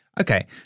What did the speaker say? Okay